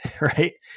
Right